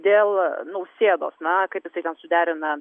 dėl nausėdos na kaip jisai ten suderina